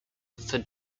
for